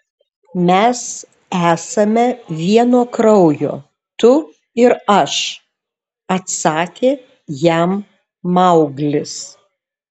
mes esame vieno kraujo tu ir aš atsakė jam mauglis